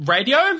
Radio